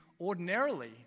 ordinarily